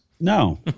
No